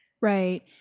Right